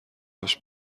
هاش